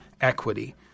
equity